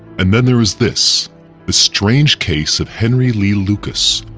and then there is this the strange case of henry lee lucas,